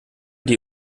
die